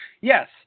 Yes